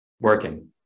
working